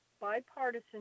bipartisan